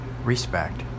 respect